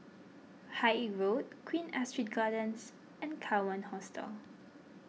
Haig Road Queen Astrid Gardens and Kawan Hostel